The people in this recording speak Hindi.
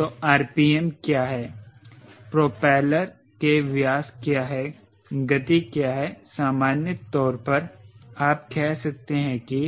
तो rpm क्या है प्रोपेलर के व्यास क्या हैं गति क्या है सामान्य तौर पर आप कह सकते हैं कि